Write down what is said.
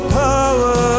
power